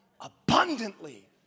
abundantly